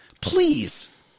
Please